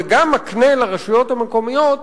ומקנה גם לרשויות המקומיות